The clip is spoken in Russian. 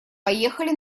поехали